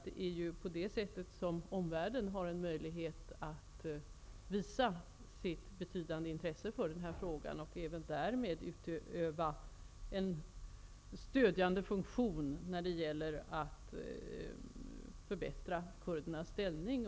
Det är ju på det sättet som omvärlden har möjlighet att visa sitt betydande intresse för den här frågan och därmed även att utöva en stödjande funktion när det gäller att förbättra kurdernas ställning.